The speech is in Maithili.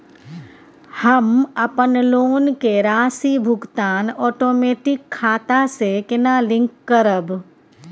हम अपन लोन के राशि भुगतान ओटोमेटिक खाता से केना लिंक करब?